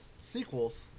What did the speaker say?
sequels